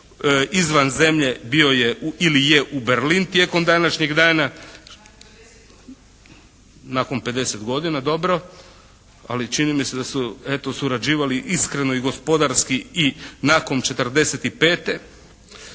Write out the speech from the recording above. izvan zemlje bio je ili je u Berlin tijekom današnjeg dana, nakon pedeset godina. Dobro. Ali, čini mi se da su eto surađivali iskreno i gospodarski i nakon '45. Evo i